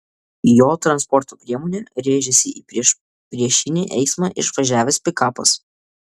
į jo transporto priemonę rėžėsi į priešpriešinį eismą išvažiavęs pikapas